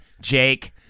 Jake